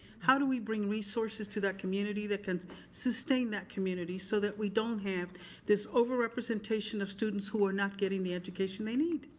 how do we bring resources to that community that can sustain that community so that we don't have this over representation of students who are not getting the education they need?